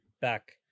back